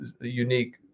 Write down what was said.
unique